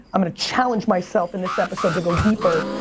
i'm gonna challenge myself in this episode to go deeper.